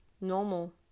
normal